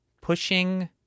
pushing